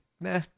nah